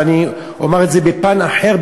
ואני אומר את זה בפן אחר,